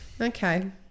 Okay